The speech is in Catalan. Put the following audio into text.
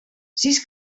sis